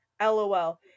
LOL